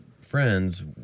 friends